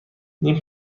نیم